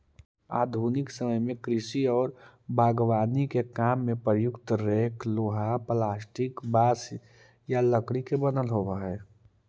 आधुनिक समय में कृषि औउर बागवानी के काम में प्रयुक्त रेक लोहा, प्लास्टिक, बाँस या लकड़ी के बनल होबऽ हई